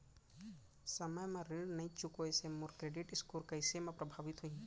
समय म ऋण नई चुकोय से मोर क्रेडिट स्कोर कइसे म प्रभावित होही?